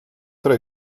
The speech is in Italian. tra